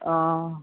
অঁ